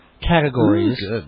categories